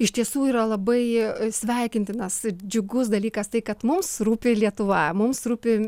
iš tiesų yra labai sveikintinas ir džiugus dalykas tai kad mums rūpi lietuva mums rūpi